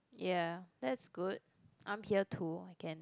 ya that's good I'm here too I can